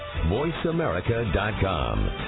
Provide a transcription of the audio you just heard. Voiceamerica.com